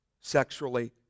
sexually